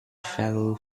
fellow